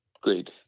great